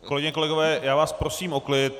Kolegyně, kolegové, já vás prosím o klid.